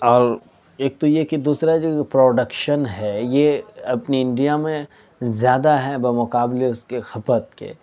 اور ایک تو یہ کہ دوسرا جو پروڈکشن ہے یہ اپنی انڈیا میں زیادہ ہے بمقابلے اس کے کھپت کے